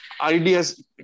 ideas